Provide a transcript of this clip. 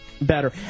better